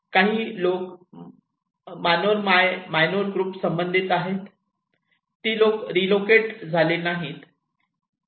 काही लोक मानोर माय नोर ग्रुप संबंधित आहेत ती लोक रीलोकेट झाले नाहीत